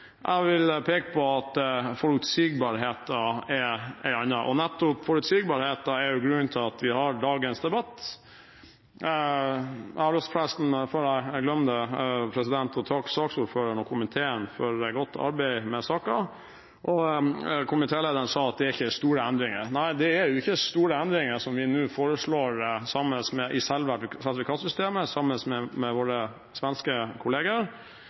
Jeg vil peke på at forutsigbarheten er en annen, og nettopp forutsigbarheten er jo grunnen til at vi har dagens debatt. Jeg har lyst til, før jeg glemmer det, å takke saksordføreren og komiteen for godt arbeid med saken. Saksordføreren sa at det er «ikke store endringer». Nei, det er ikke store endringer som vi nå foreslår i selve sertifikatsystemet, sammen med våre svenske